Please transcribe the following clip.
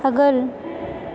आगोल